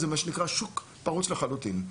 זה מה שנקרא שוק פרוץ לחלוטין.